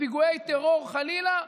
ופיגועי טרור, חלילה,